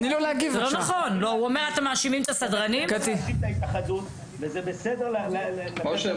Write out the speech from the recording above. אתם מאשימים את ההתאחדות וזה בסדר --- משה,